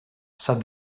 said